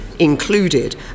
included